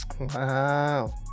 Wow